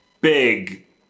big